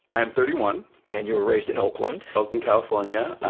i am thirty one. and you were raised in oakland. oakland, california,